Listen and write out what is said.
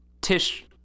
Tish